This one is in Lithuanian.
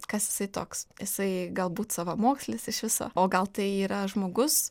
kas jisai toks jisai galbūt savamokslis iš viso o gal tai yra žmogus